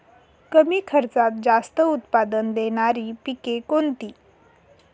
कमी खर्चात जास्त उत्पाद देणारी पिके कोणती?